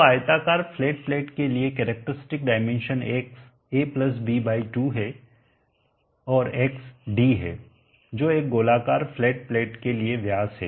तो आयताकार flat plate के लिए कैरेक्टरस्टिक डाइमेंशन X ab2 है और X d है जो एक गोलाकार फ्लैट प्लेट के लिए व्यास है